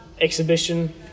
Exhibition